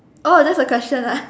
oh that's the question ah